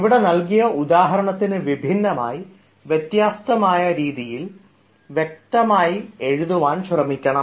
ഇവിടെ നൽകിയ ഉദാഹരണത്തിന് വിഭിന്നമായി വ്യത്യസ്തമായ രീതിയിൽ വ്യക്തമായി എഴുതുവാൻ ശ്രമിക്കണം